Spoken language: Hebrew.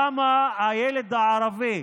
למה הילד הערבי